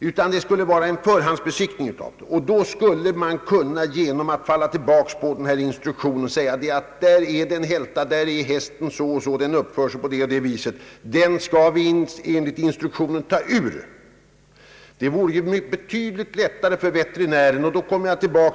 Det bör enligt min mening ske en förhandsbesiktning av hästen, och då bör man genom att falla tillbaka på den instruktion jag här avser kunna säga: »Här är det fråga om en hälta; den där hästen uppför sig på det och det sättet, och den skall vi enligt instruktionen ta ur tävlingen.» Det vore betydligt lättare för veterinären att förfara på detta sätt.